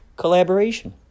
Collaboration